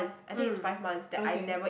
mm okay